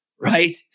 Right